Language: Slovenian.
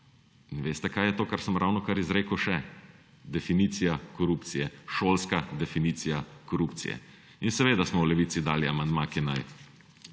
In veste, kaj je še to, kar sem ravnokar izrekel? Definicija korupcije, šolska definicija korupcije. In seveda smo v Levici dali amandma, ki naj